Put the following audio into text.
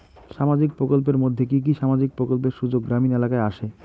সামাজিক প্রকল্পের মধ্যে কি কি সামাজিক প্রকল্পের সুযোগ গ্রামীণ এলাকায় আসে?